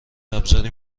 ابزاری